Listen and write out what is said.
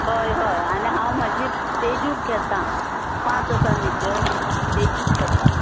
हय हय आनी हांव म्हजी तेजूक घेता पांच आसा न्ही त्यो तेजूक घेता